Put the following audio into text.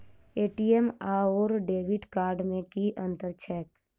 ATM आओर debit card मे की अंतर छैक?